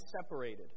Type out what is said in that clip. separated